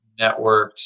Networked